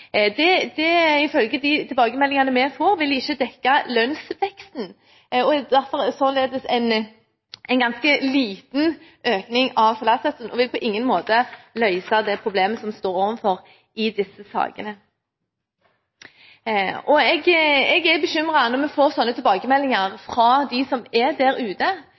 Det vil, ifølge de tilbakemeldingene vi får, ikke dekke lønnsveksten, og er således en ganske liten økning av salærsatsen og vil på ingen måte løse det problemet som vi står overfor i disse sakene. Jeg er bekymret for når vi får sånne tilbakemeldinger fra dem som er der ute,